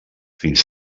fins